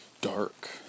dark